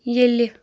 ییٚلہِ